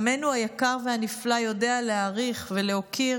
עמנו היקר והנפלא יודע להעריך ולהוקיר